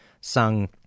sung